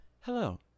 Hello